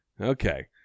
Okay